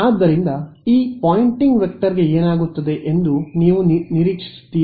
ಆದ್ದರಿಂದ ಈ ಪೊಯಿಂಟಿಂಗ್ ವೆಕ್ಟರ್ಗೆ ಏನಾಗುತ್ತದೆ ಎಂದು ನೀವು ನಿರೀಕ್ಷಿಸುತ್ತೀರಿ